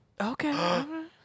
Okay